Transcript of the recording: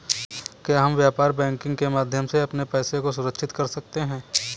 क्या हम व्यापार बैंकिंग के माध्यम से अपने पैसे को सुरक्षित कर सकते हैं?